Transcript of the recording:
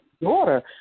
daughter